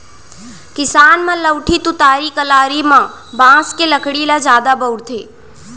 किसान मन लउठी, तुतारी, कलारी म बांसे के लकड़ी ल जादा बउरथे